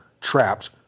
trapped